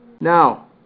Now